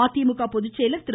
மதிமுக பொதுச்செயலர் திரு